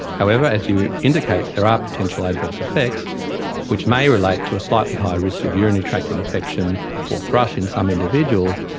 however, as you indicate, there are potential adverse effect which may relate to a slightly higher risk of urinary tract infection or thrush in some individuals,